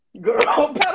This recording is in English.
girl